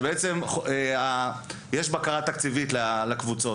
יש בקרה תקציבית לקבוצות.